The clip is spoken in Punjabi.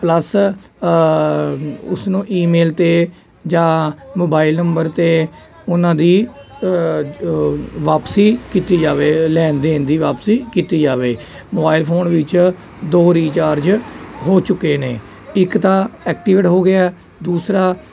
ਪਲਸ ਉਸਨੂੰ ਈਮੇਲ 'ਤੇ ਜਾਂ ਮੋਬਾਈਲ ਨੰਬਰ 'ਤੇ ਉਹਨਾਂ ਦੀ ਵਾਪਸੀ ਕੀਤੀ ਜਾਵੇ ਲੈਣ ਦੇਣ ਦੀ ਵਾਪਸੀ ਕੀਤੀ ਜਾਵੇ ਮੋਬਾਇਲ ਫੋਨ ਵਿੱਚ ਦੋ ਰੀਚਾਰਜ ਹੋ ਚੁੱਕੇ ਨੇ ਇੱਕ ਤਾਂ ਐਕਟੀਵੇਟ ਹੋ ਗਿਆ ਦੂਸਰਾ